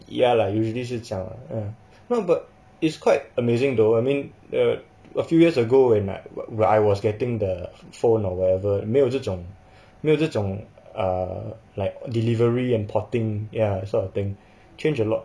ya lah usually 是这样 lah no but it's quite amazing though I mean uh a few years ago when like when I was getting the phone or whatever 没有这种没有这种 uh like delivery and porting ya sort of thing change a lot